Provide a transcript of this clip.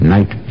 Night